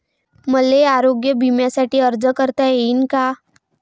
मले आरोग्य बिम्यासाठी अर्ज करता येईन का?